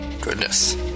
Goodness